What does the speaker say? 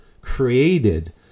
created